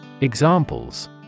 Examples